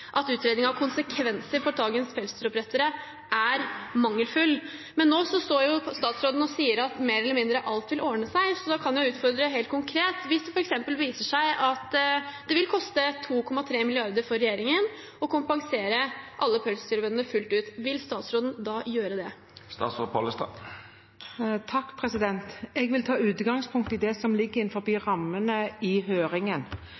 at utredningen av konsekvenser for dagens pelsdyroppdrettere er mangelfull. Nå står statsråden og sier at mer eller mindre alt vil ordne seg, så da kan jeg utfordre helt konkret: Hvis det f.eks. viser seg at det vil koste 2,3 mrd. kr for regjeringen å kompensere alle pelsdyrbøndene fullt ut, vil statsråden da gjøre det? Jeg vil ta utgangspunkt i det som ligger innenfor rammene i høringen,